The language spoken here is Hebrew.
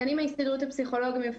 אני מהסתדרות הפסיכולוגים,